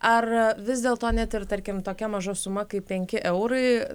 ar vis dėl to net ir tarkim tokia maža suma kaip penki eurai